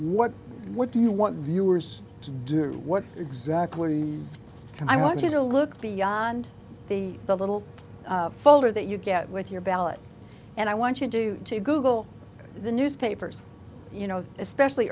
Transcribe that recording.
what what do you want viewers to do what exactly and i want you to look beyond the the little folder that you get with your ballot and i want you do to google the newspapers you know especially